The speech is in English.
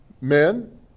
Men